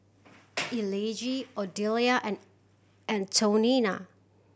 Elige Odelia and Antonina